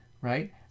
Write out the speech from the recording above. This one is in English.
Right